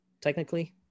technically